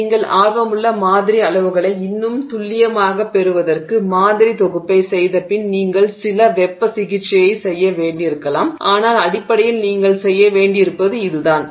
நீங்கள் ஆர்வமுள்ள மாதிரி அளவுகளை இன்னும் துல்லியமாகப் பெறுவதற்கு மாதிரித் தொகுப்பைச் செய்தபின் நீங்கள் சில வெப்ப சிகிச்சையைச் செய்ய வேண்டியிருக்கலாம் ஆனால் அடிப்படையில் நீங்கள் செய்ய வேண்டியிருப்பது இதுதான்